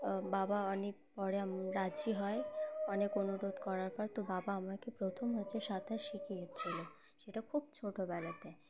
বাবা অনেক পরে রাজি হয় অনেক অনুরোধ করার পর তো বাবা আমাকে প্রথম হচ্ছে সাঁতার শিখিয়েছিলো সেটা খুব ছোটোবেলাতে